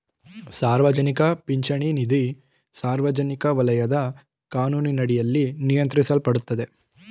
ಸಾರ್ವಜನಿಕ ಪಿಂಚಣಿ ನಿಧಿ ಸಾರ್ವಜನಿಕ ವಲಯದ ಕಾನೂನಿನಡಿಯಲ್ಲಿ ನಿಯಂತ್ರಿಸಲ್ಪಡುತ್ತೆ